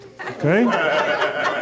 okay